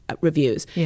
reviews